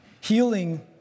Healing